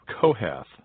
Kohath